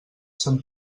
sant